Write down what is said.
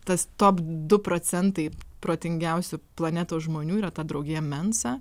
tas top du procentai protingiausių planetos žmonių yra ta draugija mensa